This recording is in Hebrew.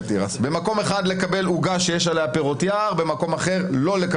במקום אחד עוגה שיש עליה פירות יער ובמקום אחר לא,